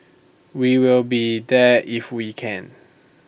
we will be there if we can